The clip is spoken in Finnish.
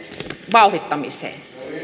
vauhdittamiseen